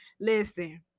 listen